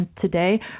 today